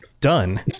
done